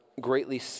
greatly